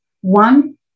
One